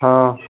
हाँ